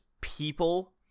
people